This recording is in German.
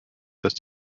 dass